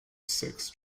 six